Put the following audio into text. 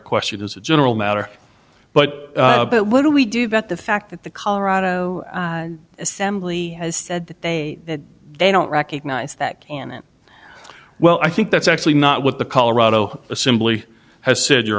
question as a general matter but but what do we do that the fact that the colorado assembly has said they they don't recognize that well i think that's actually not what the colorado assembly has said your